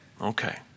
Okay